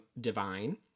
Divine